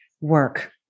work